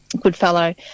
Goodfellow